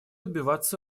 добиваться